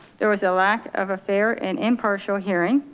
there was a lack of a fair and impartial hearing.